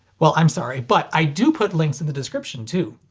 well i'm sorry, but i do put links in the description, too.